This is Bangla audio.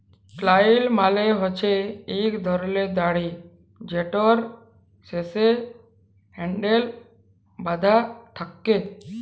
ফ্লাইল মালে হছে ইক ধরলের দড়ি যেটর শেষে হ্যালডেল বাঁধা থ্যাকে